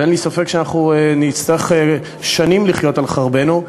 ואין לי ספק שאנחנו נצטרך שנים לחיות על חרבנו,